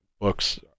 Books